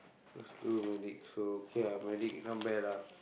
used to do medic so okay lah medic not bad lah